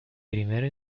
primero